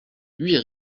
huit